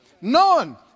None